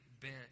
bent